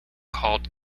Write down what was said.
called